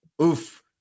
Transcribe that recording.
oof